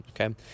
Okay